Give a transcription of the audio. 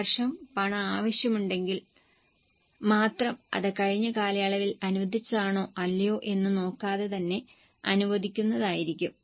ഈ വർഷം പണം ആവശ്യമുണ്ടെങ്കിൽ മാത്രം അത് കഴിഞ്ഞ കാലയളവിൽ അനുവദിച്ചതാണോ അല്ലയോ എന്ന് നോക്കാതെ തന്നെ അനുവദിക്കുന്നതായിരിക്കും